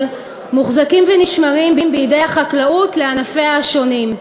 מוחזקים ונשמרים בידי החקלאות לענפיה השונים.